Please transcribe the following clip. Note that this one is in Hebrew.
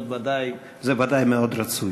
זה ודאי מאוד רצוי.